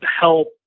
help